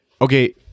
okay